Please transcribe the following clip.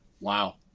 Wow